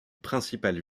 principales